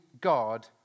God